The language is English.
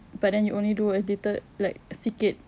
but then you only do a little like sikit